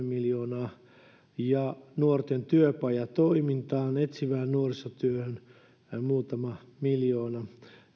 miljoonaa lisää ja nuorten työpajatoimintaan etsivään nuorisotyöhön muutamaa miljoonaa